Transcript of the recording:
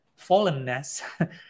fallenness